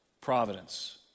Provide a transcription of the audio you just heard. providence